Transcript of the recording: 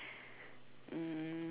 um